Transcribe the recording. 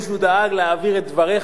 אז כנראה מישהו דאג להעביר את דבריך